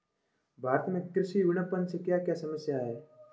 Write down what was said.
भारत में कृषि विपणन से क्या क्या समस्या हैं?